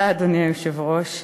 אדוני היושב-ראש,